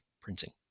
printing